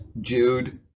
Jude